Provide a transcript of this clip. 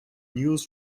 news